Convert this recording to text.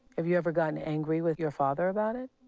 have you ever gotten angry with your father about it?